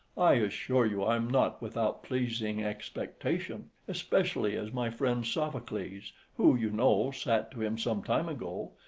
i assure you i am not without pleasing expectation especially as my friend sophocles, who, you know, sat to him some time ago,